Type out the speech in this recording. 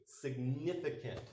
significant